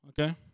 okay